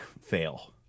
fail